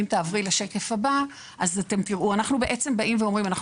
אנחנו בעצם באים ואומרים,